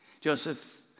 Joseph